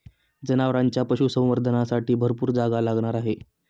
जनावरांच्या पशुसंवर्धनासाठी भरपूर जागा लागणार आहे